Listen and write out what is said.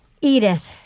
Edith